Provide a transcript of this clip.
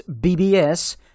BBS